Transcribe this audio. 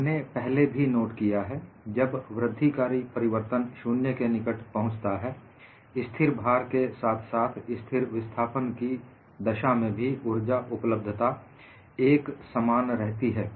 हमने पहले भी नोट किया है जब वृद्धिकारी परिवर्तन शून्य के निकट पहुंचता है स्थिर भार के साथ साथ स्थिर विस्थापन की दशा में भी ऊर्जा उपलब्धता एक समान रहती है